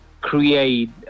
create